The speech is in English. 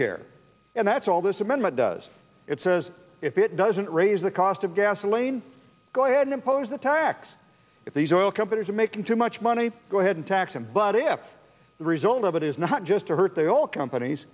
care and that's all this amendment does it says if it doesn't raise the cost of gasoline go ahead impose a tax if these oil companies are making too much money go ahead and tax them but if the result of it is not just hurt they all companies